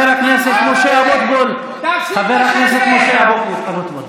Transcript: הרב דרוקמן נגדך.